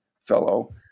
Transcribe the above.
fellow